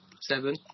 Seven